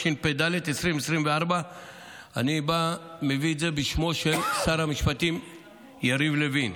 התשפ"ד 2024. אני מביא את זה בשמו של שר המשפטים יריב לוין.